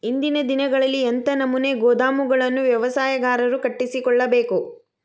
ಇಂದಿನ ದಿನಗಳಲ್ಲಿ ಎಂಥ ನಮೂನೆ ಗೋದಾಮುಗಳನ್ನು ವ್ಯವಸಾಯಗಾರರು ಕಟ್ಟಿಸಿಕೊಳ್ಳಬೇಕು?